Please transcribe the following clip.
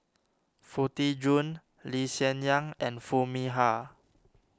Foo Tee Jun Lee Hsien Yang and Foo Mee Har